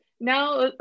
now